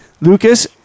Lucas